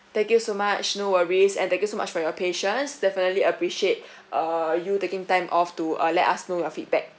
thank you so much no worries and thank you so much for your patience definitely appreciate uh you taking time off to uh let us know your feedback